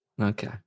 Okay